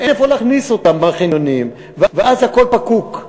אין איפה להכניס אותם בחניונים ואז הכול פקוק,